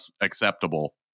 acceptable